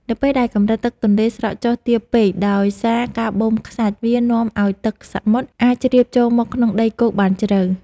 នៅពេលដែលកម្រិតទឹកទន្លេស្រកចុះទាបពេកដោយសារការបូមខ្សាច់វានាំឱ្យទឹកសមុទ្រអាចជ្រាបចូលមកក្នុងដីគោកបានជ្រៅ។